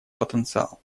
потенциал